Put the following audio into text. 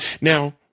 Now